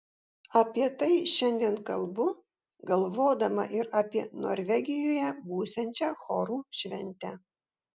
apie tai šiandien kalbu galvodama ir apie norvegijoje būsiančią chorų šventę